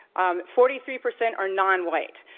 um forty three percent are nonwhite.